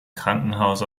krankenhaus